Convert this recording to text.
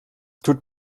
tut